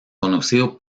conocido